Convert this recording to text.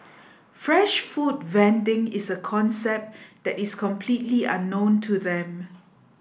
fresh food vending is a concept that is completely unknown to them